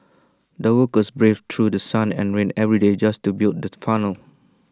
the workers braved through sun and rain every day just to build the tunnel